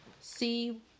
see